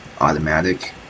automatic